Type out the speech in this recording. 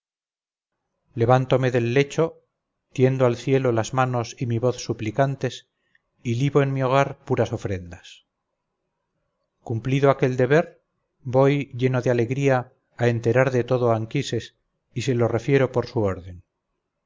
levántome del lecho tiendo al cielo las manos y mi voz suplicantes y libo en mi hogar puras ofrendas cumplido aquel deber voy lleno de alegría a enterar de todo a anquises y se lo refiero por su orden